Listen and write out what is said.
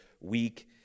week